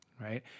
right